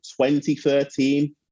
2013